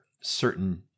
certain